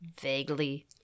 vaguely